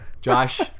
Josh